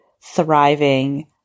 thriving